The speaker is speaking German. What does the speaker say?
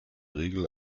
regel